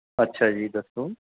ਅੱਛਾ ਜੀ ਦੱਸੋ